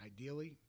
Ideally